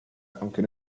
aunque